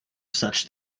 such